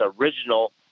original